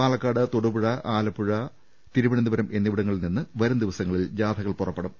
പാലക്കാട് തൊടുപുഴ ആലപ്പുഴ തിരുവനന്തപുരം എന്നിവിടങ്ങളിൽ നിന്ന് വരും ദിവസങ്ങളിൽ ജാഥകൾ പുറപ്പെടും